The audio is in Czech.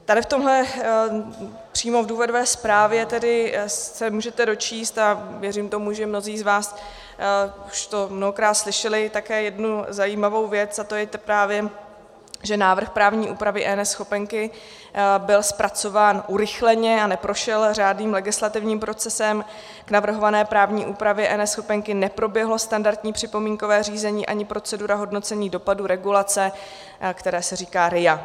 Tady přímo v důvodové zprávě tedy se můžete dočíst a věřím tomu, že mnozí z vás to už mnohokrát slyšeli také jednu zajímavou věc, a to je právě, že návrh právní úpravy eNeschopenky byl zpracován urychleně a neprošel řádným legislativním procesem, k navrhované právní úpravě eNeschopenky neproběhlo standardní připomínkové řízení ani procedura hodnocení dopadu regulace, které se říká RIA.